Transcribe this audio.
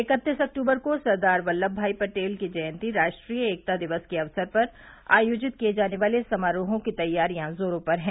इक्कतीस अक्टूबर को सरदार वल्लभ भाई पटेल की जयंती राष्ट्रीय एकता दिवस के अवसर पर आयोजित किए जाने वाले समारोहों की तैयारियां जोरों पर हैं